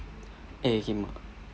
eh him ah